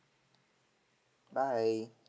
bye